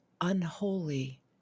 unholy